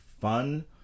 fun